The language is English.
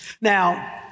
Now